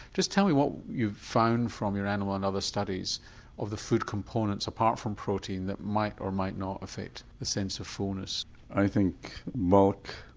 just tell me what you've found from your animal and other studies of the food components apart from protein that might or might not effect the sense of fullness? i think bulk,